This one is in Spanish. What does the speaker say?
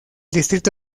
distrito